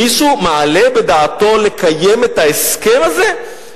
מישהו מעלה בדעתו לקיים את ההסכם הזה?